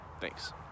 Thanks